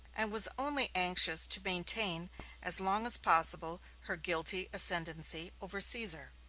and was only anxious to maintain as long as possible her guilty ascendency over caesar.